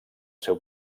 seu